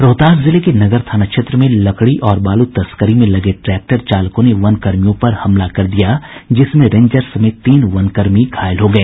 रोहतास जिले के नगर थाना क्षेत्र में लकड़ी और बालू तस्करी में लगे ट्रैक्टर चालकों ने वनकर्मियों पर हमला कर दिया जिसमें रेंजर समेत तीन वनकर्मी घायल हो गए